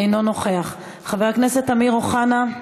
אינו נוכח, חבר הכנסת אמיר אוחנה,